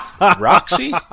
Roxy